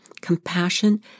compassion